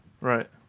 right